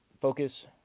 focus